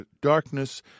darkness